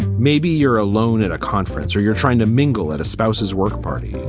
maybe you're alone at a conference or you're trying to mingle at a spouse's work party.